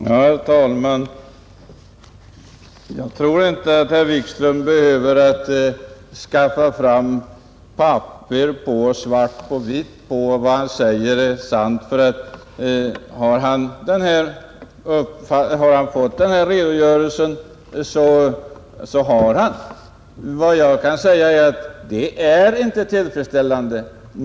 Herr talman! Jag tror inte att herr Wikström behöver skaffa fram några papper för att få svart på vitt på att vad han säger är sant, för har han fått den här redogörelsen, så har han fått den. Vad jag kan säga är att förhållandet inte är tillfredsställande.